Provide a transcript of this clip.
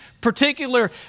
particular